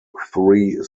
three